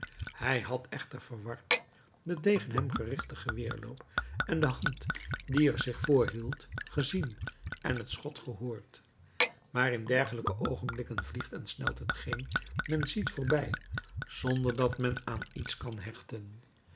hij had echter verward den tegen hem gerichten geweerloop en de hand die er zich vr hield gezien en het schot gehoord maar in dergelijke oogenblikken vliegt en snelt hetgeen men ziet voorbij zonder dat men zich aan iets kan hechten